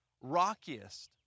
rockiest